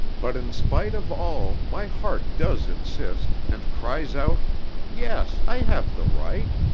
but in spite of all my heart does insist and cries out yes, i have the right,